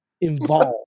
involved